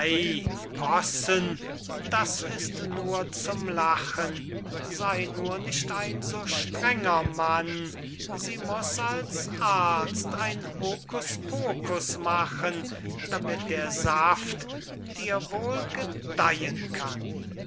das ist nur zum lachen sey nur nicht ein so strenger mann sie muß als arzt ein hokuspokus machen damit der saft dir wohl gedeihen kann